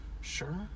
Sure